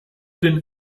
den